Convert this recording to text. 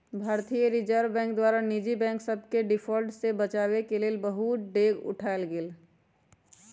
भारतीय reserve bank द्वारा निजी बैंक सभके डिफॉल्ट से बचाबेके लेल बहुते डेग उठाएल गेल